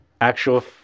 actual